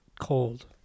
cold